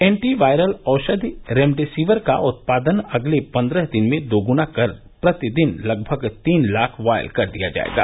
anti viral औषधि रेमडेसिविरका उत्पादन अगले पन्द्रह दिन में दोगुना कर प्रति दिन लगभग तीन लाख वायल कर दिया जाएगा